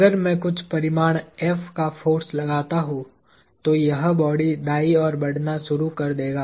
अगर मैं कुछ परिमाण F का फोर्स लगाता हूं तो यह बॉडी दाईं ओर बढ़ना शुरू कर देगा